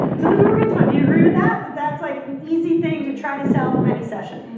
so those were kids fun. do you agree with that? but that's like an easy thing to try to sell from any session,